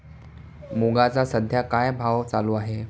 मुगाचा सध्या काय भाव चालू आहे?